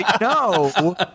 No